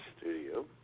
studio